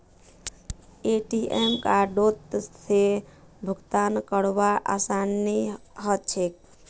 ATM कार्डओत से भुगतान करवार आसान ह छेक